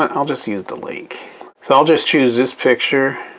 um i'll just use the link. so i'll just choose this picture